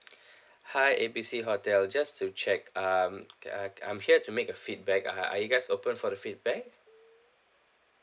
hi A B C hotel just to check um uh I'm here to make a feedback uh are you guys open for the feedback